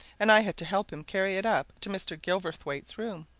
and i had to help him carry it up to mr. gilverthwaite's room.